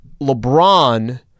LeBron